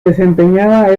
desempeñaba